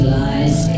lies